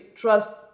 trust